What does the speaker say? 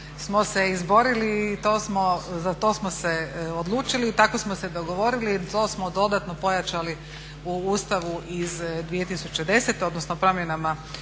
smo se izborili i za to smo se odlučili i tako smo se dogovorili. To smo dodatno pojačali u Ustavu iz 2010., odnosno promjenama